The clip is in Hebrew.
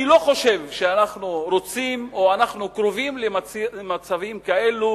אני לא חושב שאנחנו רוצים או אנחנו קרובים למצבים כאלו